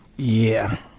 yeah.